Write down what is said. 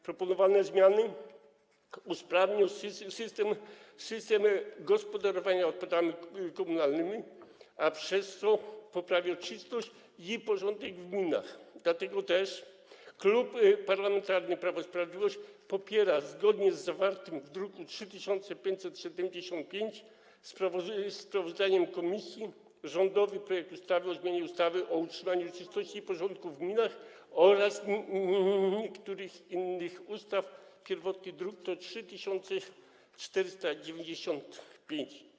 Proponowane zmiany usprawnią system gospodarowania odpadami komunalnymi, a przez to poprawią czystość i porządek w gminach, dlatego też Klub Parlamentarny Prawo i Sprawiedliwość popiera, zgodnie z zawartym w druku nr 3575 sprawozdaniem komisji, rządowy projekt ustawy o zmianie ustawy o utrzymaniu czystości i porządku w gminach oraz niektórych innych ustaw, pierwotny druk nr 3495.